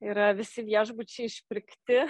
yra visi viešbučiai išpirkti